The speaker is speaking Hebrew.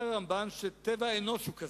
אומר הרמב"ן שטבע האנוש הוא כזה,